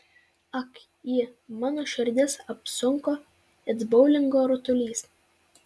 ak ji mano širdis apsunko it boulingo rutulys